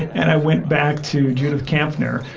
and i went back to judith kampfner,